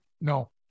no